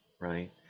Right